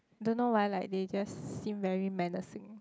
don't know why like they just seem very menacing